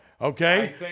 Okay